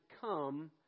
come